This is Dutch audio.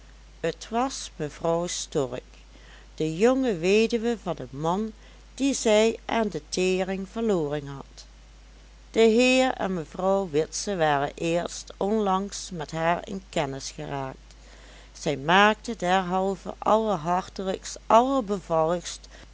t was mevrouw stork de jonge weduwe van een man dien zij aan de tering verloren had de heer en mevrouw witse waren eerst onlangs met haar in kennis geraakt zij maakte derhalve